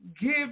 give